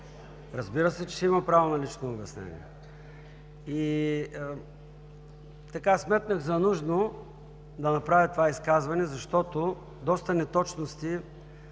Разбира се, че има право на лично обяснение. Сметнах за нужно да направя това изказване. Доста неточности,